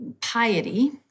piety